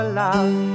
love